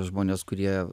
žmonės kurie